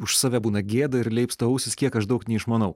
už save būna gėda ir leipsta ausys kiek aš daug neišmanau